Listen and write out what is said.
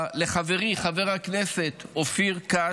לחברי חבר הכנסת אופיר כץ,